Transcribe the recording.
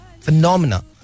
Phenomena